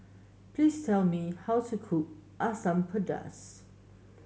please tell me how to cook Asam Pedas